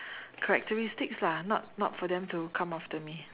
characteristics lah not not for them to come after me